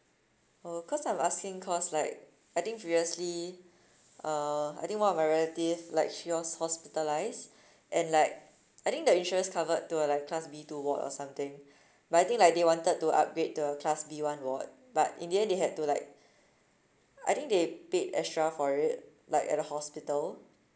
oh cause I'm asking cause like I think previously uh I think one of my relatives like she was hospitalized and like I think the insurance covered to like class B two ward or something but I think like they wanted to upgrade to a class B one ward but in the end they had to like I think they paid extra for it like at the hospital